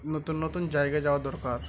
নতুন নতুন জায়গা যাওয়া দরকার